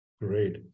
Great